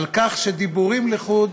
על כך שדיבורים לחוד